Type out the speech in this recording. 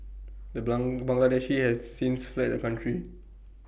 the bang Bangladeshi has since fled the country